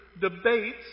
debates